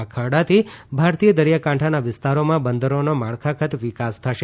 આ ખરડાથી ભારતીય દરીયાકાંઠાના વિસ્તારોમાં બંદરોનો માળખાગત વિકાસ થશે